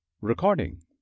Recording